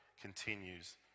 continues